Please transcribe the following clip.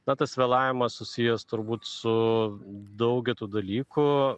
na tas vėlavimas susijęs turbūt su daugę tų dalykų